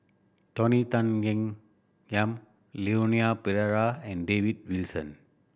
Tony Tan Keng Yam Leon Perera and David Wilson